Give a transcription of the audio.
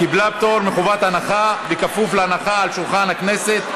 ההצעה קיבלה פטור מחובת הנחה בכפוף להנחה על שולחן הכנסת.